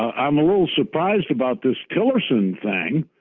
um i'm a little surprised about this tillerson thing.